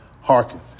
hearken